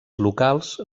locals